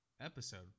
episode